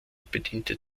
bediente